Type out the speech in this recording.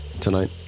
tonight